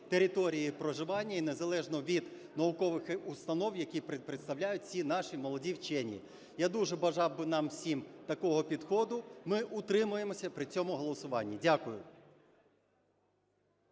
території проживання і незалежно від наукових установ, які представляють ці наші молоді вчені. Я дуже бажав би нам всім такого підходу. Ми утримаємося при цьому голосуванні. Дякую.